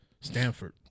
Stanford